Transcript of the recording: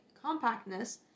compactness